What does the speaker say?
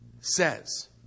says